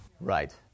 Right